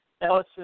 Ellison